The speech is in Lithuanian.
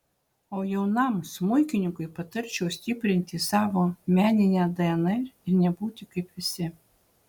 o jaunam smuikininkui patarčiau stiprinti savo meninę dnr ir nebūti kaip visi